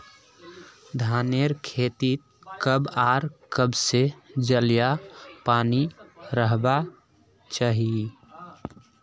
धानेर खेतीत कब आर कब से जल या पानी रहबा चही?